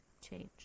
change